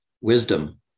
wisdom